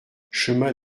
chemin